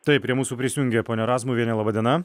taip prie mūsų prisijungė ponia razmuvienė laba diena